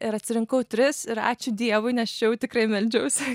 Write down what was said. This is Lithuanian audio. ir atsirinkau tris ir ačiū dievui nes čia jau tikrai meldžiausi